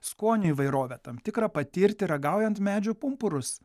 skonių įvairovę tam tikrą patirti ragaujant medžių pumpurus